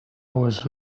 was